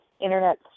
Internet